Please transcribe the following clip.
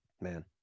man